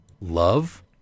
love